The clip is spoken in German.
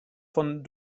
von